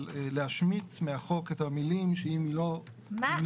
אבל להשמיט מהחוק את המילים "שאם לא" --- מה,